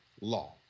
law